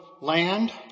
land